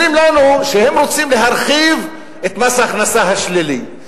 אומרים לנו שהם רוצים להרחיב את מס ההכנסה השלילי.